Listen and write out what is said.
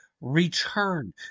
return